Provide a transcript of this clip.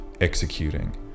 executing